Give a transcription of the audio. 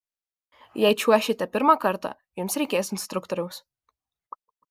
jei čiuošite pirmą kartą jums reikės instruktoriaus